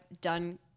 done